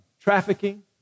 trafficking